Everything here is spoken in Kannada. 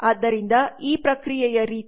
ಆದ್ದರಿಂದ ಆ ಪ್ರಕ್ರಿಯೆಯ ರೀತಿ